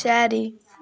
ଚାରି